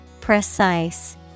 Precise